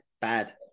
bad